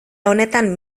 honetan